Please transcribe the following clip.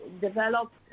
developed